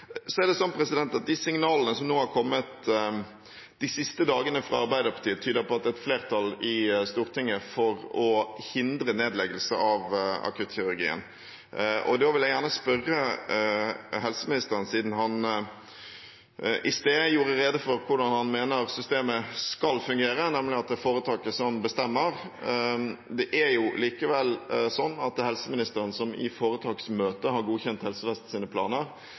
De signalene som de siste dagene har kommet fra Arbeiderpartiet, tyder på at det er flertall i Stortinget for å hindre nedleggelse av akuttkirurgien. Da vil jeg gjerne spørre helseministeren, siden han i sted gjorde rede for hvordan han mener systemet skal fungere, nemlig at det er foretaket som bestemmer – det er jo likevel slik at det er helseministeren som i foretaksmøtet har godkjent Helse Vests planer